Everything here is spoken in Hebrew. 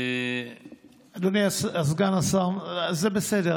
אדוני סגן השר, זה בסדר.